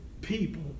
people